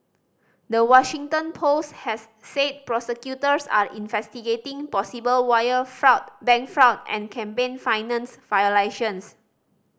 the Washington Post has said prosecutors are investigating possible wire fraud bank fraud and campaign finance violations